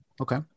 Okay